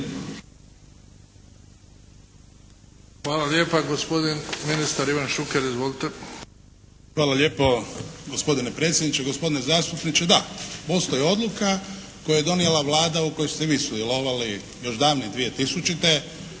Hvala lijepo gospodine predsjedniče, gospodin zastupniče, da, postoji odluka, koju je donijela Vlada u kojoj ste vi sudjelovali još davne 2000. u